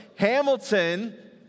Hamilton